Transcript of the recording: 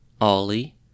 Ollie